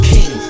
King